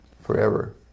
forever